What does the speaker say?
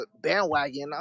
bandwagon